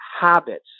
habits